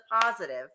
positive